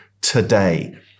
today